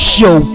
Show